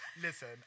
listen